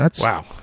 Wow